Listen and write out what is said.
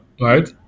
right